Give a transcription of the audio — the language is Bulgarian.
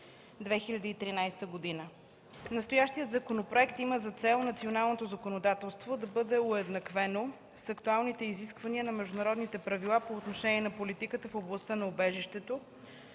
2013 г. Настоящият законопроект има за цел националното законодателство да бъде уеднаквено с актуалните изисквания на международните правила по отношение на политиката в областта на убежището